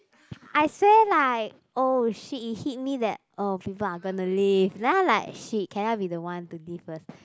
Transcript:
I swear like oh shit it hit me that oh people are gonna leave then I like shit can I be the one to leave first